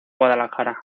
guadalajara